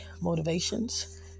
motivations